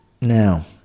Now